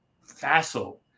facile